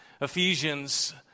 Ephesians